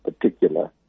particular